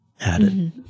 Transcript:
added